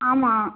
ஆமாம்